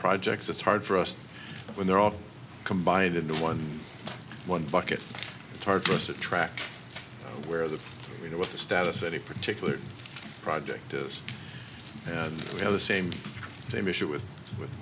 projects it's hard for us when they're all combined into one one bucket it's hard for us to track where the you know what the status of any particular project is and we have the same same issue with with